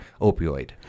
opioid